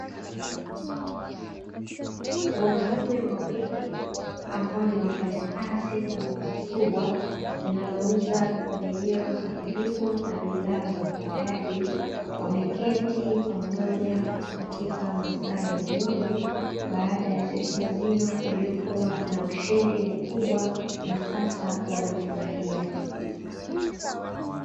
Wanaume wawili ambao ni wafanyakazi wa duka kubwa linalouza pembejeo za kilimo na bidhaa za ufugaji wameketi pamoja katika masa ya jioni baada ya siku nzima iliyokuwa na ushindi mkubwa na sasa wanafurahia.